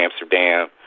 Amsterdam